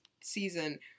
season